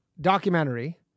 documentary